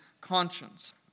conscience